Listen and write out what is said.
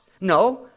No